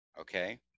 okay